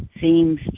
seems